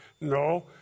No